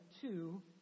two